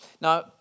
Now